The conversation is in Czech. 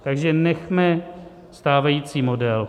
Takže nechme stávající model.